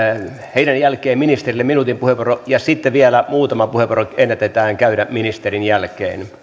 heidän jälkeensä ministerille minuutin puheenvuoro ja sitten vielä muutama puheenvuoro ennätetään käydä ministerin jälkeen